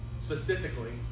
Specifically